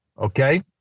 Okay